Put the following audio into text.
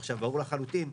עכשיו ברור לחלוטין,